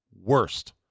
Worst